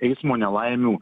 eismo nelaimių